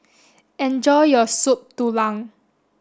enjoy your soup Tulang